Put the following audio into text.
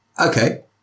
Okay